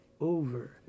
over